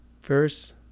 First